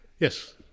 Yes